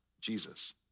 Jesus